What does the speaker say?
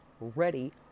ready